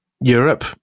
Europe